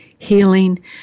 Healing